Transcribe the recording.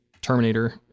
Terminator